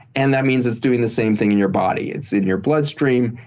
and that means it's doing the same thing in your body. it's in your bloodstream.